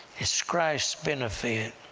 it's christ's benefit,